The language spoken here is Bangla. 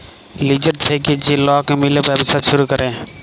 লিজের থ্যাইকে যে লক মিলে ব্যবছা ছুরু ক্যরে